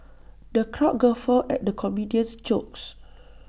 the crowd guffawed at the comedian's jokes